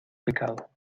pecado